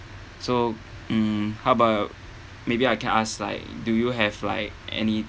so mm how about maybe I can ask like do you have like any